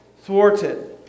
thwarted